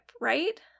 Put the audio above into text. right